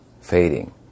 fading